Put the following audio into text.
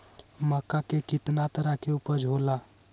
मक्का के कितना तरह के उपज हो ला?